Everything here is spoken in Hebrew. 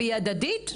והיא הדדית,